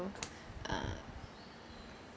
uh